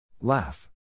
Laugh